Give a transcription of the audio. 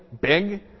Big